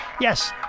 Yes